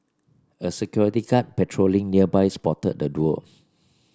a security guard patrolling nearby spotted the duo